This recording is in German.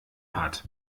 hat